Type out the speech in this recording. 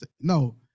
no